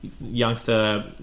youngster